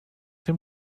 dem